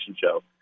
show